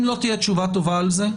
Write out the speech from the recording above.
אם לא תהיה תשובה טובה על זה,